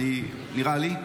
נראה לי.